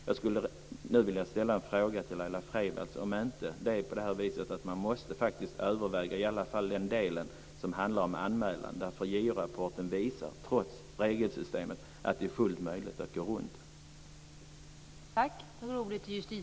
Jag skulle nu vilja ställa en fråga till Laila Freivalds: Är det inte på det viset att man faktiskt måste överväga i alla fall den delen som handlar om anmälan? JO-rapporten visar att det är fullt möjligt att gå runt regelsystemet.